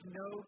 no